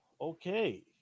okay